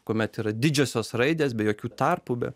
kuomet yra didžiosios raidės be jokių tarpų be